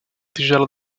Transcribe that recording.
tigela